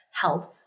health